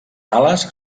ales